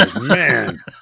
man